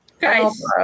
Guys